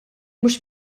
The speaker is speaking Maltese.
mhux